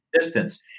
distance